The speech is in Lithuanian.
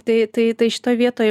tai tai šitoj vietoj